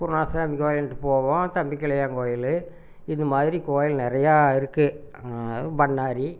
கோயிலுக்கு போவோம் தம்பிக்கிளையான் கோயில் இது மாதிரி கோயில் நிறையா இருக்கு பண்ணாரி